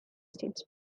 states